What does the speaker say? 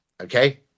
okay